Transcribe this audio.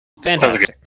Fantastic